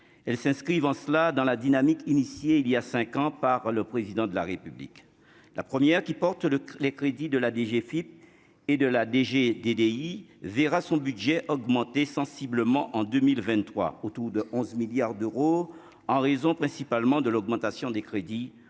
elles s'inscrivent en cela dans la dynamique initiée il y a 5 ans par le président de la République, la première qui porte le les crédits de la DGFIP et de la DG DDI verra son budget augmenter sensiblement en 2023 autour de 11 milliards d'euros, en raison principalement de l'augmentation des crédits